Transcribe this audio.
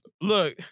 Look